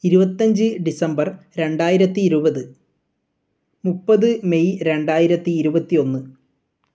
ഇരുപത്തി അഞ്ച് ഡിസംബർ രണ്ടായിരത്തി ഇരുപത് മുപ്പത് മെയ് രണ്ടായിരത്തി ഇരുപത്തി ഒന്ന്